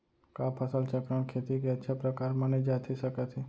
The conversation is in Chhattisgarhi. का फसल चक्रण, खेती के अच्छा प्रकार माने जाथे सकत हे?